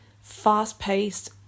fast-paced